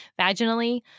vaginally